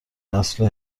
نسل